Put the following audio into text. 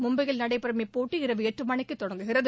மும்பையில் நடைபெறும் இப்போட்டி இரவு எட்டு மணிக்கு தொடங்குகிறது